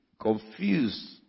confused